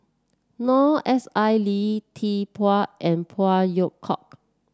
Noor S I Lee Tzu Pheng and Phey Yew Kok